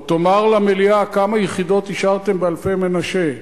או תאמר למליאה, כמה יחידות אישרתם באלפי-מנשה?